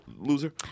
Loser